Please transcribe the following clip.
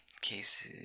Cases